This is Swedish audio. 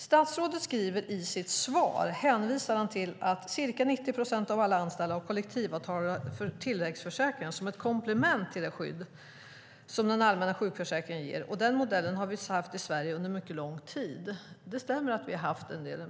Statsrådet skriver i sitt svar: "Ca 90 procent av alla anställda har kollektivavtalade tilläggsförsäkringar som ett komplement till det skydd som den allmänna sjukförsäkringen ger, och den modellen har vi haft i Sverige under mycket lång tid." Det stämmer.